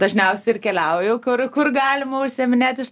dažniausi ir keliauju kur galima užsiiminėt iš